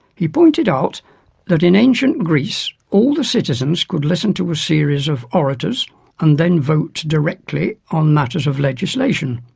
he pointed out that in ancient greece all the citizens could listen to a series of orators and then vote directly on matters of legislation.